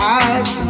eyes